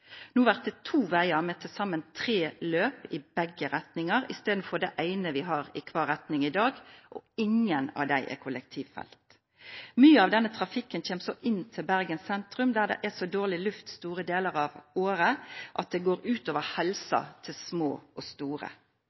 Nå blir det to veier med til sammen tre løp i begge retninger istedenfor det ene vi har i hver retning i dag, og ingen av dem er kollektivfelt. Mye av denne trafikken kommer så inn til Bergen sentrum, der det er så dårlig luft store deler av året at det går ut over helsen til små og store.